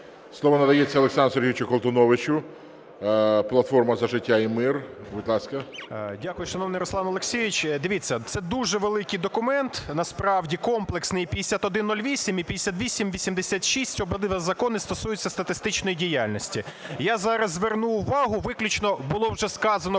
Слово надається Олександру Сергійовичу Колтуновичу, "Платформа за життя і мир". Будь ласка. 11:31:17 КОЛТУНОВИЧ О.С. Дякую, шановний Руслан Олексійович. Дивіться, це дуже великий документ, насправді комплексний: 5108 і 5886. Обидва закони стосуються статистичної діяльності. Я зараз зверну увагу. Виключно було вже сказано